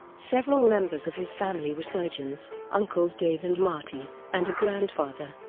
several members of his family were surgeons uncles dave and marty, and a grandfather.